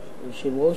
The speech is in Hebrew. היושב-ראש?